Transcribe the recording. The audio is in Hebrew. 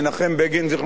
זיכרונו לברכה,